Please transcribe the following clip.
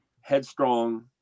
headstrong